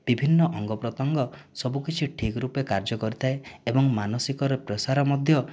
ବିଭିନ୍ନ ଅଙ୍ଗପ୍ରତ୍ୟେଙ୍ଗ ସବୁକିଛି ଠିକ୍ ରୂପେ କାର୍ଯ୍ୟକରିଥାଏ ଏବଂ ମାନସିକର ପ୍ରସାର ମଧ୍ୟ